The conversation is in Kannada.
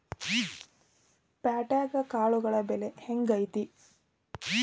ಪ್ಯಾಟ್ಯಾಗ್ ಕಾಳುಗಳ ಬೆಲೆ ಹೆಂಗ್ ಐತಿ?